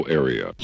area